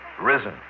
Risen